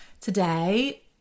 today